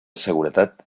seguretat